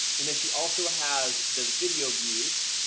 and then she also has the video views,